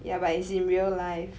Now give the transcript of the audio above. ya but it's in real life